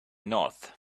north